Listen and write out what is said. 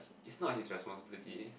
it's not his responsibility